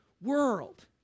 world